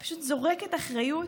היא פשוט זורקת אחריות.